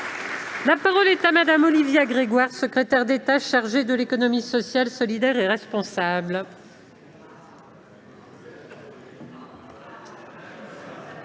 La parole est à Mme la secrétaire d'État chargée de l'économie sociale, solidaire et responsable.